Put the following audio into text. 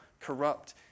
corrupt